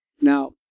Now